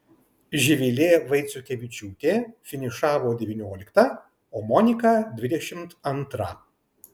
živilė vaiciukevičiūtė finišavo devyniolikta o monika dvidešimt antra